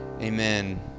amen